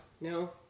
no